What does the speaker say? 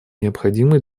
необходимый